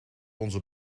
onze